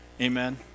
Amen